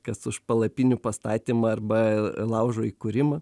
kas už palapinių pastatymą arba laužo įkūrimą